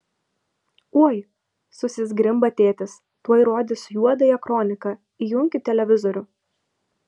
oi susizgrimba tėtis tuoj rodys juodąją kroniką įjunkit televizorių